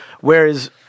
Whereas